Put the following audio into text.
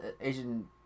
Asian